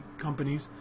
companies